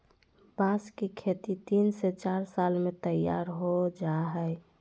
बांस की खेती तीन से चार साल में तैयार हो जाय हइ